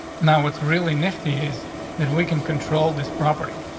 now. it's really nifty is that we can control this property.